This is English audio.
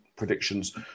predictions